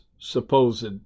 supposed